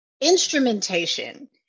instrumentation